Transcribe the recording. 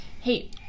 Hey